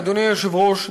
אדוני היושב-ראש,